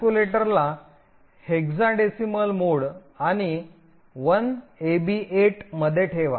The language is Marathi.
कॅल्क्युलेटरला हेक्साडेसिमल मोड आणि 1AB8 मध्ये ठेवा